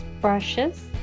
brushes